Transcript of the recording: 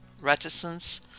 reticence